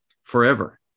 forever